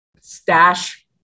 stash